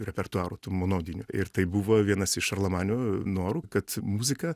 repertuaro tų monodinių ir tai buvo vienas iš šarlamanio norų kad muzika